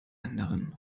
anderen